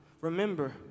Remember